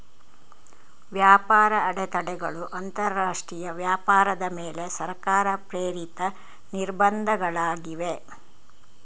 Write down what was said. ವ್ಯಾಪಾರ ಅಡೆತಡೆಗಳು ಅಂತರಾಷ್ಟ್ರೀಯ ವ್ಯಾಪಾರದ ಮೇಲೆ ಸರ್ಕಾರ ಪ್ರೇರಿತ ನಿರ್ಬಂಧಗಳಾಗಿವೆ